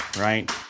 right